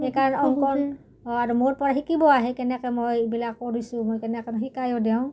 অংকন আৰু মোৰ পৰা শিকিব আহে কেনেকে মই এইবিলাক কৰিছোঁ মই কেনেকে শিকায়ো দেওঁ